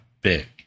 big